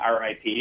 RIP